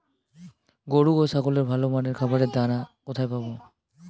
গরু ও ছাগলের ভালো মানের খাবারের দানা কোথায় পাবো?